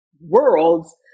worlds